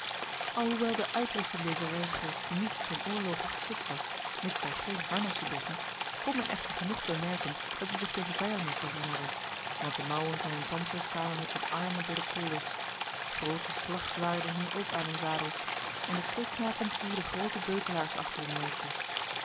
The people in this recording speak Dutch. alhoewel de uitrusting dezer reizigers niet ten oorloge geschikt was mits zij geen harnassen droegen kon men echter genoeg bemerken dat zij zich tegen vijanden voorzien hadden want de mouwen van hun pantsers kwamen met hun armen door de kolders grote slagzwaarden hingen ook aan hun zadels en de schildknapen voerden grote beukelaars achter hun meesters